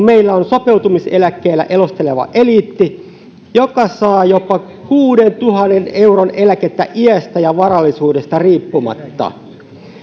meillä on sopeutumiseläkkeellä elosteleva eliitti joka saa jopa kuudentuhannen euron eläkettä iästä ja varallisuudesta riippumatta